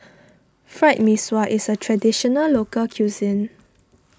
Fried Mee Sua is a Traditional Local Cuisine